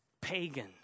pagan